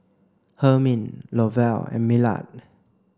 Hermine Lovell and Millard